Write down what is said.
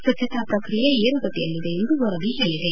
ಸ್ವಚ್ಚತಾ ಪ್ರಕ್ರಿಯೆ ಏರುಗತಿಯಲ್ಲಿದೆ ಎಂದು ವರದಿ ಹೇಳಿದೆ